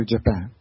Japan